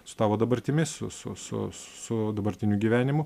su tavo dabartimi su su su su dabartiniu gyvenimu